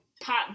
Pot